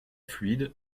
fluide